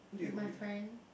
with my friend